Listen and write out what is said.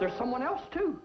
there's someone else to